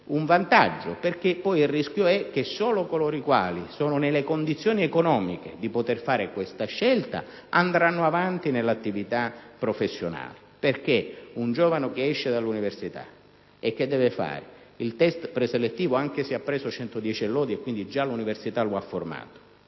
un vantaggio, perché poi il rischio è che solo coloro i quali sono nelle condizioni economiche di poter fare questa scelta andranno avanti nell'attività professionale. Il giovane, quando esce dall'università, deve fare il *test* preselettivo anche se ha preso 110 e lode e quindi l'università l'ha già formato;